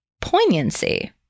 poignancy